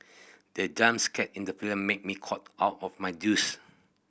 the jump scare in the film made me cough out of my juice